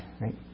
right